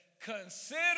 consider